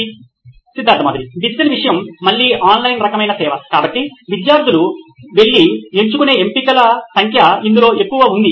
Siddharth Mathuri CEO నోయిన్ electronics digital విషయము మళ్ళీ ఆన్లైన్ రకమైన సేవ కాబట్టి విద్యార్థులు వెళ్లి ఎంచుకునే ఎంపికల సంఖ్య ఇందులో ఎక్కువ ఉంది